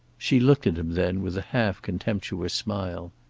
she looked at him then, with a half contemptuous smile.